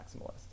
maximalist